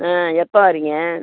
ஆ எப்போ வர்றீங்க